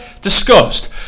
Disgust